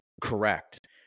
Correct